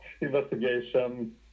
investigation